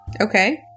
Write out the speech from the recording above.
Okay